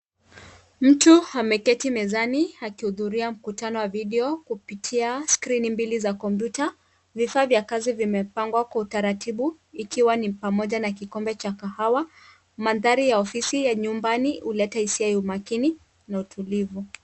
Mtu ameketi mezani akihudhuria mkutano wa video kupitia scrini mbili za kompyuta. Vifaa vya kazi vimepangwa kwa utaratibu ikiwa ni pamoja na kikombe cha kahawa. Mandhari ya ofisi ya nyumbani uleta hisia ya umakini na utulivu.